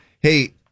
hey